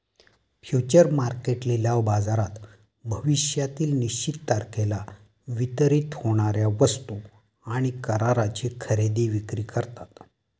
future market लिलाव बाजारात भविष्यातील निश्चित तारखेला वितरित होणार्या वस्तू आणि कराराची खरेदी विक्री करतात